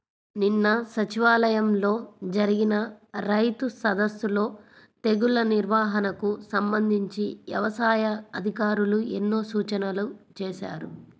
నిన్న సచివాలయంలో జరిగిన రైతు సదస్సులో తెగుల్ల నిర్వహణకు సంబంధించి యవసాయ అధికారులు ఎన్నో సూచనలు చేశారు